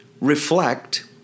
reflect